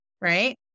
right